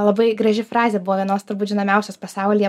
labai graži frazė buvo vienos turbūt žinomiausios pasaulyje